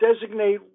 designate